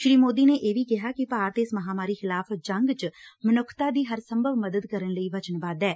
ਸ੍ਰੀ ਮੋਦੀ ਨੇ ਇਹ ਵੀ ਕਿਹਾ ਕਿ ਭਾਰਤ ਇਸ ਮਹਾਮਾਰੀ ਖਿਲਾਫ਼ ਜੰਗ ਚ ਮਨੁੱਖਤਾ ਦੀ ਹਰ ਸੰਭਵ ਮਦਦ ਕਰਨ ਲਈ ਵਚਨਬੱਧ ਐ